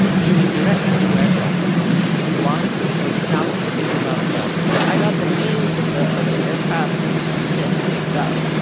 she was directing two aircraft one was a thousand feet above the other i got the names of the of the aircraft mixed mixed up,